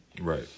Right